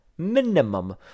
Minimum